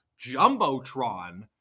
Jumbotron